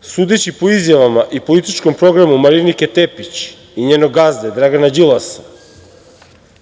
sudeći po izjavama i političkom programu Marinike Tepić i njenog gazde Dragana Đilasa